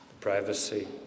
privacy